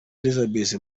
elizabeth